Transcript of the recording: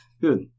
good